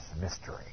mystery